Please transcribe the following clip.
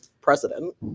President